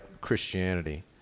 Christianity